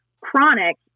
chronic